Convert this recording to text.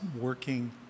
working